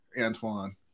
Antoine